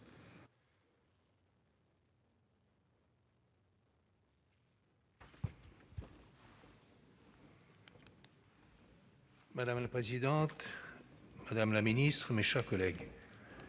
Madame la présidente, madame la ministre, mes chers collègues,